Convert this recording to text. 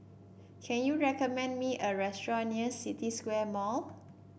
can you recommend me a restaurant near City Square Mall